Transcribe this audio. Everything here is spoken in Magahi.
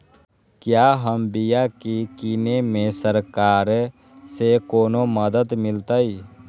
क्या हम बिया की किने में सरकार से कोनो मदद मिलतई?